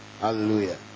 Hallelujah